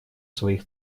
своих